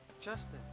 Justin